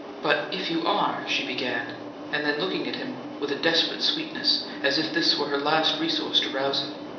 but if you are she began and then, looking at him with a desperate sweetness, as if this were her last resource to rouse him,